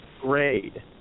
grade